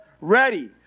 ready